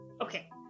Okay